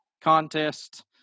contest